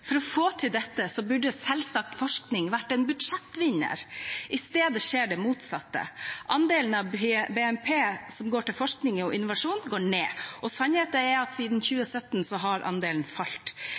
For å få til dette burde selvsagt forskning vært en budsjettvinner. I stedet skjer det motsatte. Andelen av BNP som går til forskning og innovasjon, går ned, og sannheten er at siden